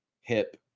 hip